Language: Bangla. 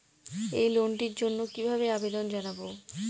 এই লোনটির জন্য কিভাবে আবেদন জানাবো?